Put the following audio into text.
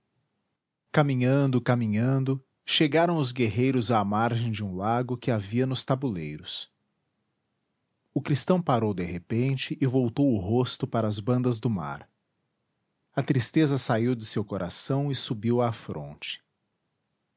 caminhando caminhando chegaram os guerreiros à margem de um lago que havia nos tabuleiros o cristão parou de repente e voltou o rosto para as bandas do mar a tristeza saiu de seu coração e subiu à fronte